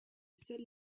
seules